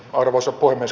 arvoisa puhemies